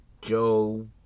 Joe